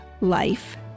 life